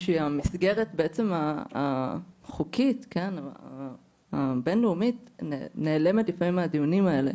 שהמסגרת החוקית הבינלאומית נעלמת מהדיונים האלה